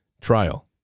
trial